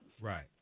Right